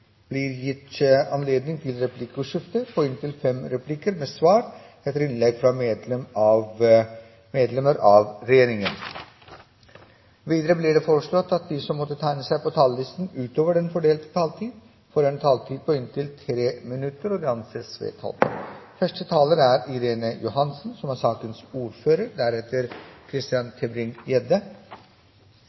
blir gitt anledning til replikkordskifte på inntil fem replikker med svar etter innlegg fra medlemmer av regjeringen. Videre blir det foreslått at de som måtte tegne seg på talerlisten utover den fordelte taletid, får en taletid på inntil 3 minutter. – Det anses vedtatt. Det er ikke noen tvil om at statsregnskapet som vanlig er